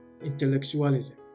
intellectualism